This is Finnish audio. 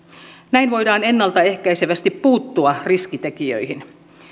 näin voidaan ennalta ehkäisevästi puuttua riskitekijöihin